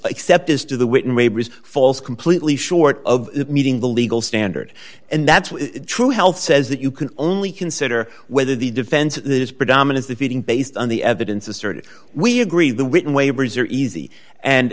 except as to the witness falls completely short of meeting the legal standard and that's true health says that you can only consider whether the defense is predominantly fitting based on the evidence asserted we agree the written waivers are easy and